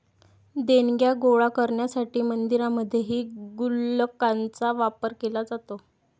देणग्या गोळा करण्यासाठी मंदिरांमध्येही गुल्लकांचा वापर केला जातो